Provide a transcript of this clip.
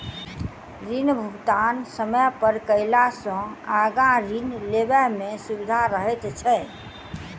ऋण भुगतान समय पर कयला सॅ आगाँ ऋण लेबय मे सुबिधा रहैत छै